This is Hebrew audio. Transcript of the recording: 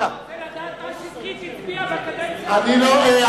אני רוצה לדעת מה שטרית הצביע בקדנציה הקודמת,